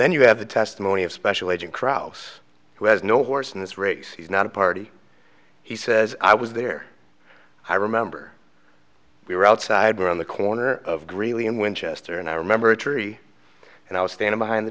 then you have the testimony of special agent kraus who has no horse in this race he's not a party he says i was there i remember we were outside were on the corner of greeley and winchester and i remember a tree and i was standing behind the